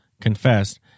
confessed